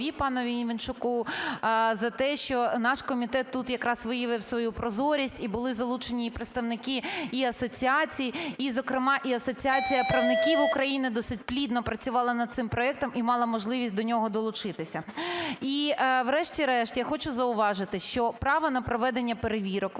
панові Іванчуку, за те, що наш комітет тут якраз виявив свою прозорість, і були залучені представники і асоціацій, і, зокрема, і Асоціація правників України досить плідно працювала над цим проектом і мала можливість до нього долучитися. І, врешті-решт, я хочу зауважити, що право на проведення перевірок,